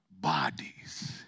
bodies